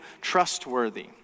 trustworthy